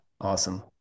Awesome